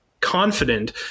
confident